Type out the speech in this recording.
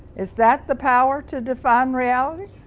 is that the power to define reality?